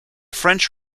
french